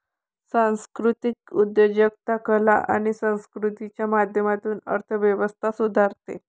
सांस्कृतिक उद्योजकता कला आणि संस्कृतीच्या माध्यमातून अर्थ व्यवस्था सुधारते